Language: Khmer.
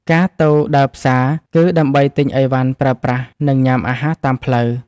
ការទៅដើរផ្សារ គឺដើម្បីទិញឥវ៉ាន់ប្រើប្រាស់ និងញ៉ាំអាហារតាមផ្លូវ។